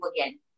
again